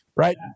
Right